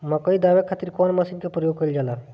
मकई दावे खातीर कउन मसीन के प्रयोग कईल जाला?